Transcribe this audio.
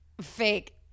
Fake